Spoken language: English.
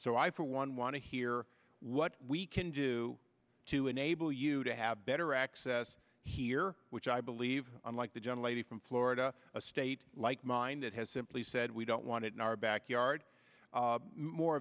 so i for one want to hear what we can do to enable you to have better access here which i believe unlike the gentle lady from florida a state like mine that has simply said we don't want it in our backyard more